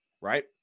Right